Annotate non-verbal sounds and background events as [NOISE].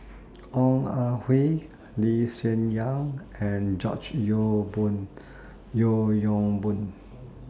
Ong Ah Hoi Lee Hsien Yang and George [UNINTELLIGIBLE] Boon Yeo Yong Boon